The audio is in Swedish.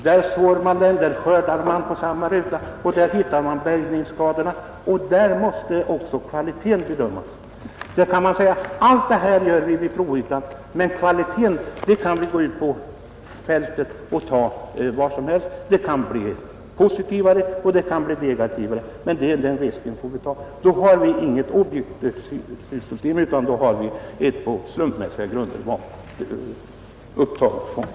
Där sår man, där skördar man, där bedömer man bärgningsskadorna, och där måste också kvaliteten bedömas. Herr Hedin säger att vi kan göra allt det här på provytan, men kvaliteten kan vi bedöma var som helst ute på fältet; utfallet kan då bli mer positivt och det kan bli mer negativt, men den risken får vi ta. Nej, då har vi inget objektivt system, utan då har vi ett på slumpmässiga grunder valt upptagningsområde.